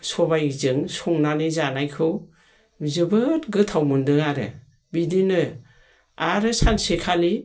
सबायजों संनानै जानायखौ जोबोद गोथाव मोन्दों आरो बिदिनो आरो सानसेखालि